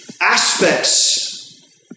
aspects